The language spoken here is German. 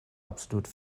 absolut